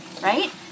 right